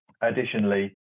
Additionally